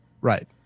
Right